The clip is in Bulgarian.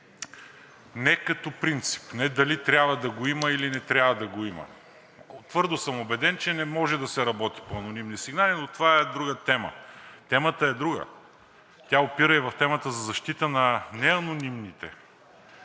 Не като принцип, не дали трябва да го има, или не трябва да го има. Твърдо съм убеден, че не може да се работи по анонимни сигнали, но това е друга тема. Темата е друга, тя опира и в темата за защита на неанонимните.